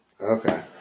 Okay